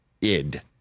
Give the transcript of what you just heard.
id